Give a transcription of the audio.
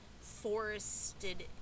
forested